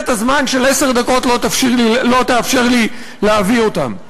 הזמן של עשר דקות לא תאפשר לי להביא אותן,